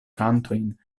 kantojn